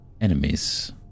enemies